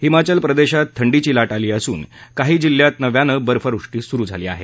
हिमाचल प्रदेशात थंडीची लाट आली असून काही जिल्ह्यात नव्यानं बर्फवृष्टी सुरु झाली आहे